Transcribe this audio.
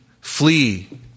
Flee